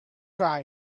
cry